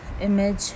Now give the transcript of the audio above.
image